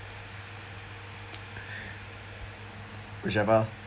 whichever